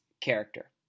character